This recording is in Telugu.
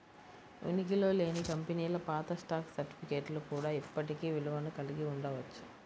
ఉనికిలో లేని కంపెనీల పాత స్టాక్ సర్టిఫికేట్లు కూడా ఇప్పటికీ విలువను కలిగి ఉండవచ్చు